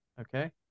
Okay